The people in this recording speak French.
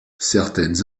certaines